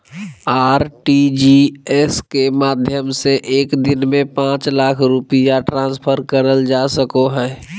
RTGS के माध्यम से एक दिन में पांच लाख रुपया ट्रांसफर करल जा सको हय